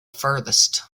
furthest